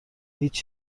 هیچ